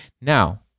Now